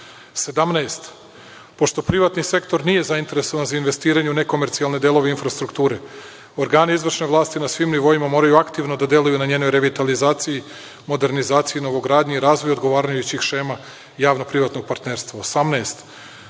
– pošto privatni sektor nije zainteresovan za investiranje u nekomercijalne delove infrastrukture, organi izvršne vlasti na svim nivoima moraju aktivno da deluju na njenoj revitalizaciji, modernizaciji, novogradnji i razvoju odgovarajućih šema javnoprivatnog partnerstva.